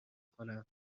کنم